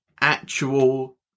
actual